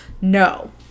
No